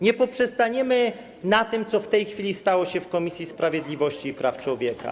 Nie poprzestaniemy na tym, co w tej chwili stało się w Komisji Sprawiedliwości i Praw Człowieka.